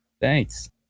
Thanks